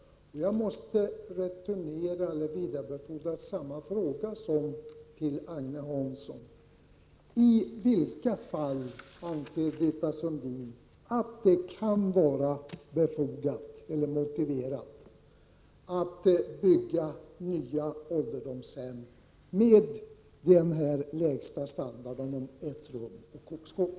Jag måste återkomma med den fråga som jag ställde till Agne Hansson: I vilka fall anser Britta Sundin att det kan vara motiverat att bygga nya ålderdomshem med den lägsta standarden, ett rum och kokskåp?